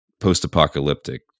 post-apocalyptic